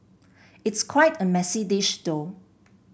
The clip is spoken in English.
it's quite a messy dish though